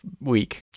week